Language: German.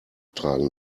tragen